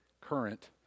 current